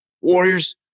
Warriors